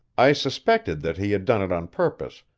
i suspected that he had done it on purpose,